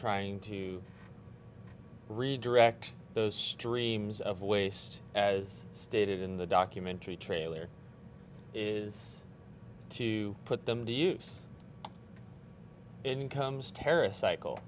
trying to redirect those streams of waste as stated in the documentary trailer is to put them to use incomes terrorist cycle